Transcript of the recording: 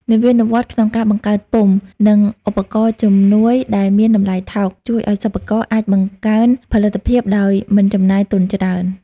នវានុវត្តន៍ក្នុងការបង្កើតពុម្ព និងឧបករណ៍ជំនួយដែលមានតម្លៃថោក ជួយឱ្យសិប្បករអាចបង្កើនផលិតភាពដោយមិនចំណាយទុនច្រើន។